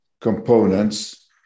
components